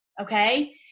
okay